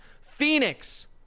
Phoenix